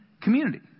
community